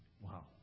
wow